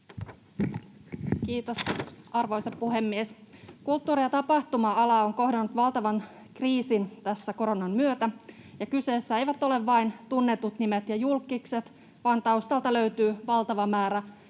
Kiitos, arvoisa puhemies! Kulttuuri- ja tapahtuma-ala on kohdannut valtavan kriisin tässä koronan myötä, ja kyseessä eivät ole vain tunnetut nimet ja julkkikset, vaan taustalta löytyy valtava määrä